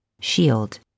shield